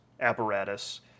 apparatus